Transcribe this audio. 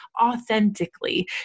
authentically